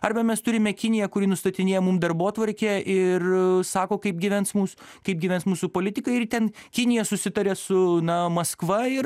arba mes turime kiniją kuri nustatinėja mum darbotvarkę ir sako kaip gyvens mūs kaip gyvens mūsų politikai ir ten kinija susitaria su na maskva ir